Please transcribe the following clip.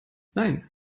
nein